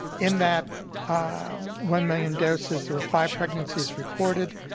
in that one million doses there were five pregnancies reported,